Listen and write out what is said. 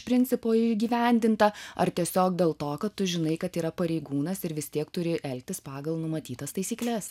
principo įgyvendinta ar tiesiog dėl to kad tu žinai kad yra pareigūnas ir vis tiek turi elgtis pagal numatytas taisykles